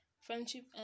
Friendship